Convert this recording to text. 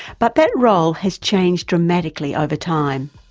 but that role has changed dramatically over time.